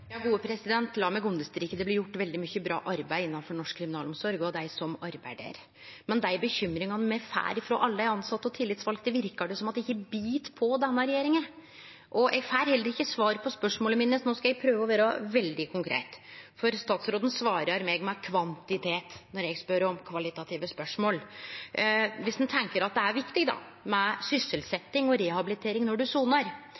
La meg understreke at det blir gjort veldig mykje bra arbeid innanfor norsk kriminalomsorg av dei som arbeider der. Men dei bekymringane me får frå alle dei tilsette og tillitsvalde, verkar det som ikkje bit på denne regjeringa. Eg får heller ikkje svar på spørsmåla mine, så no skal eg prøve å vere veldig konkret, for statsråden svarar meg med kvantitet når eg stiller kvalitative spørsmål. Dersom ein tenkjer det er viktig med sysselsetjing og rehabilitering når ein sonar,